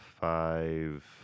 five